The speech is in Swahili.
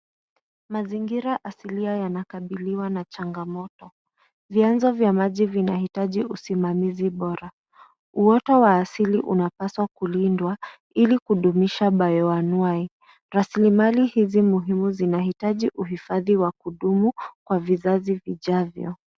Mazingira asilia yanakabiliwa na changamoto. Vyanzo vya maji vinahitaji usimamizi bora. Uoto wa asili unapaswa kulindwa ili kudumisha bayoanwai. Rasilimali hizi muhimu zinahitaji uhifadhi wa kudumu kwa vizazi vijavyo.